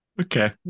okay